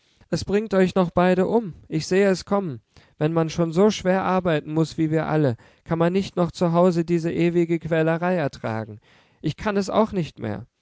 es bringt euch noch beide um ich sehe es kommen wenn man schon so schwer arbeiten muß wie wir alle kann man nicht noch zu hause diese ewige quälerei ertragen ich kann es auch nicht mehr